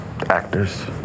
Actors